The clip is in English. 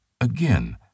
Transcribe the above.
Again